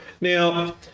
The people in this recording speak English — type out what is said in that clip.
Now